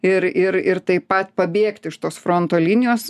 ir ir ir taip pat pabėgti iš tos fronto linijos